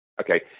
Okay